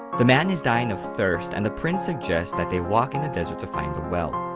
the man is dying of thirst and the prince suggests that they walk in the desert to find a well.